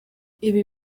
ibi